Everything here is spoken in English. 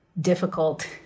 difficult